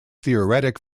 theoretic